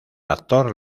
actor